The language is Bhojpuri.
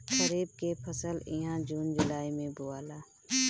खरीफ के फसल इहा जून जुलाई में बोआला